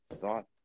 thought